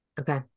Okay